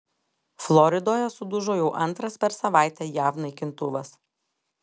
floridoje sudužo jau antras per savaitę jav naikintuvas